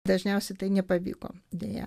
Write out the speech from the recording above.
dažniausiai tai nepavyko deja